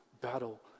battle